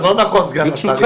זה לא נכון, סגן השר.